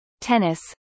tennis